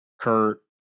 Kurt